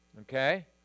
Okay